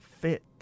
fit